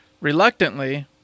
reluctantly